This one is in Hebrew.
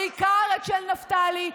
בעיקר את של נפתלי,